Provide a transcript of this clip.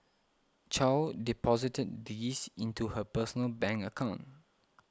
Chow deposited these into her personal bank account